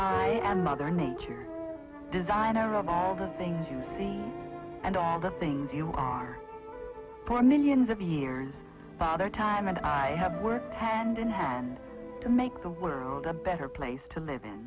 i am mother nature designer of all the things and all the things you are for millions of years father time and i have worked hand in hand to make the world a better place to live